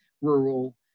rural